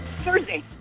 Thursday